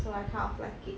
so I kind of like it